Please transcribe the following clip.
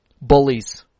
Bullies